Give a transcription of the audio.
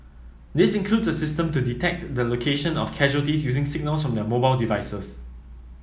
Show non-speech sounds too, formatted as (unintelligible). this includes a system to detect the location of casualties using signals (unintelligible) their mobile devices